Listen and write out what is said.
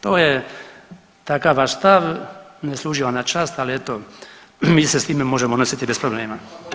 To je takav vaš stav, ne služi vam na čast, ali eto mi se s time možemo nositi bez problema.